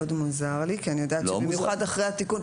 מאוד מוזר לי כי אני יודעת שבמיוחד אחרי התיקון --- לא מוזר.